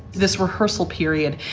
this rehearsal period.